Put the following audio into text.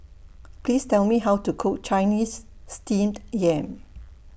Please Tell Me How to Cook Chinese Steamed Yam